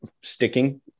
sticking